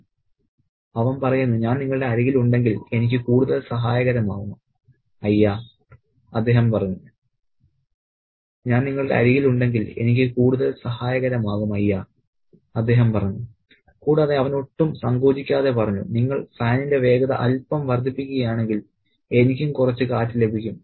' അവൻ പറയുന്നു ഞാൻ നിങ്ങളുടെ അരികിലുണ്ടെങ്കിൽ എനിക്ക് കൂടുതൽ സഹായകരമാകും അയ്യ അദ്ദേഹം പറഞ്ഞു കൂടാതെ അവൻ ഒട്ടും സങ്കോചിക്കാതെ പറഞ്ഞു നിങ്ങൾ ഫാനിന്റെ വേഗത അൽപ്പം വർദ്ധിപ്പിക്കുകയാണെങ്കിൽ എനിക്കും കുറച്ച് കാറ്റ് ലഭിക്കും